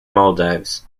maldives